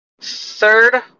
third